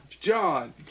John